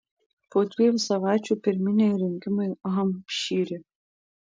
po dviejų savaičių pirminiai rinkimai hampšyre